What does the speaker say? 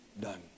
Done